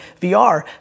VR